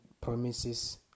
promises